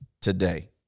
today